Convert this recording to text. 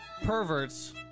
perverts